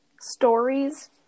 stories